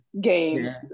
game